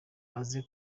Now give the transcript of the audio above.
aze